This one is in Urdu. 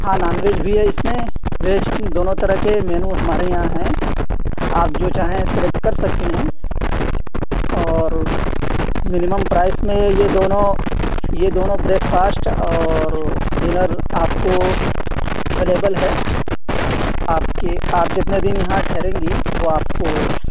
ہاں نان ویج بھی ہے اِس میں ویج دونوں طرح کے مینو ہمارے یہاں ہیں آپ جو چاہیں سیلکٹ کر سکتی ہیں اور مینمم پرائز میں یہ دونوں یہ دونوں بریک فاسٹ اور ڈنر آپ کو اویلیبل ہے آپ کے آپ جتنے دِن یہاں ٹھہریں گی وہ آپ کو